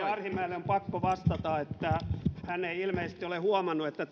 arhinmäelle on pakko vastata että hän ei ilmeisesti ole huomannut että